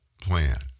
plan